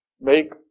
make